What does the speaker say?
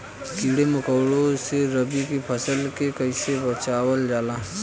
कीड़ों मकोड़ों से रबी की फसल के कइसे बचावल जा?